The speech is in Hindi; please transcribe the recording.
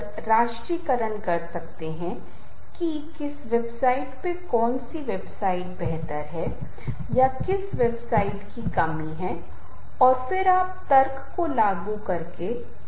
जिस क्षण आप एक संगीत सुनते हैं चाहे वह भारतीय संगीत हो या पश्चिमी संगीत भारतीय संगीत के भीतर चाहे वह लोकप्रिय संगीत हो चाहे वह युवाओं के लिए हो चाहे वह पुरानी पीढ़ी के लिए है